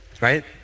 right